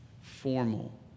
formal